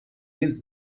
wind